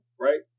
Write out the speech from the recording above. right